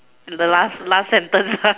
the last last sentence